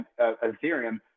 Ethereum